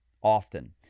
often